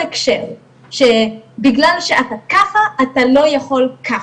הקשר שבגלל שאתה ככה אתה לא יכול ככה.